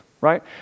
right